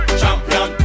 champion